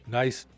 nice